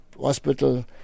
hospital